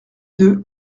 deux